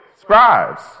scribes